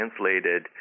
translated